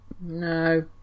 No